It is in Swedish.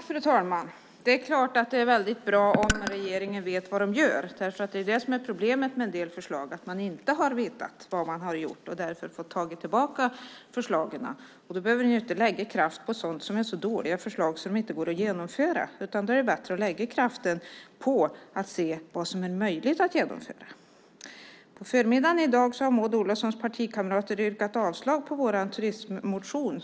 Fru talman! Det är klart att det är bra om regeringen vet vad den gör. Problemet med en del förslag är att man inte vetat vad man gjort och därför fått ta tillbaka förslagen. Man behöver inte lägga kraft på förslag som är så dåliga att de inte går att genomföra. Då är det bättre att lägga kraften på sådant som är möjligt att genomföra. På förmiddagen i dag har Maud Olofssons partikamrater yrkat avslag på vår turistmotion.